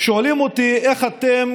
שואלים אותי: איך אתם,